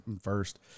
first